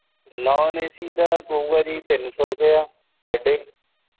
non AC ਦਾ ਪਵੇਗਾ ਜੀ ਤਿੰਨ ਸੌ ਰੁਪਇਆ ਪਰ ਡੇ